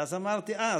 ואז אמרתי: אה,